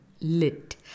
Lit